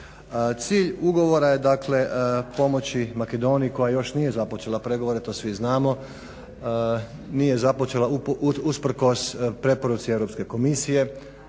Cilj ugovora je dakle pomoći Makedoniji koja još nije započela pregovore, to svi znamo, nije započela usprkos preporuci Europske komisije,